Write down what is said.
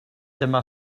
dyma